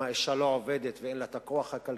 אם האשה לא עובדת ואין לה הכוח הכלכלי,